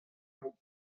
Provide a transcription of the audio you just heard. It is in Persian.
بود